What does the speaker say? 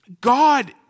God